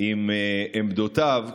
עם עמדותיו,